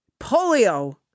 polio